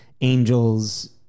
Angels